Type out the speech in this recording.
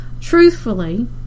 Truthfully